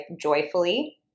joyfully